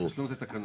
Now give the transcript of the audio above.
תשלום זה תקנות.